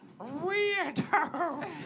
Weirdo